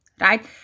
right